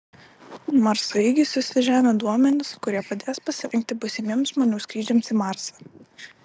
marsaeigis siųs į žemę duomenis kurie padės pasirengti būsimiems žmonių skrydžiams į marsą